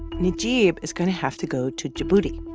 najeeb is going to have to go to djibouti.